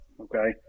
okay